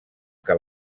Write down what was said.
que